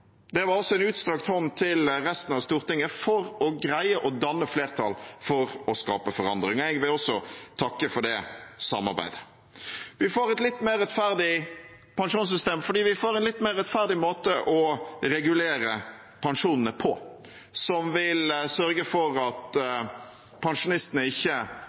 Det var også en utstrakt hånd til resten av Stortinget for å greie å danne flertall for å skape forandring. Jeg vil også takke for det samarbeidet. Vi får et litt mer rettferdig pensjonssystem fordi vi får en litt mer rettferdig måte å regulere pensjonene på, som vil sørge for at pensjonistene ikke